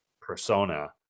persona